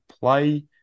play